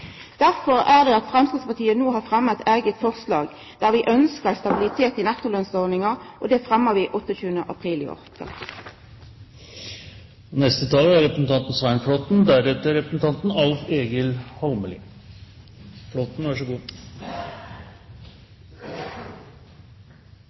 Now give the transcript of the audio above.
Derfor er det at Framstegspartiet no har fremma eit eige forslag, fordi vi ønskjer stabilitet i nettolønnsordninga, og det fremma vi den 28. april i år.